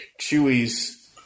Chewie's